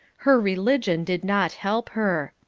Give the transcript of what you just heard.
her religion did not help her.